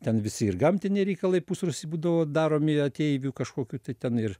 ten visi ir gamtiniai reikalai pusrūsy būdavo daromi ateivių kažkokių tai ten ir